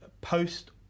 post